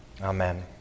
Amen